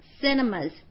cinemas